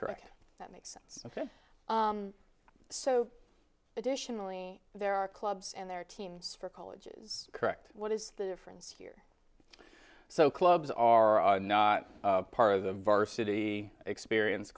correct that makes sense so additionally there are clubs and there are teams for colleges correct what is the difference here so clubs are not part of the varsity experience